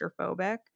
claustrophobic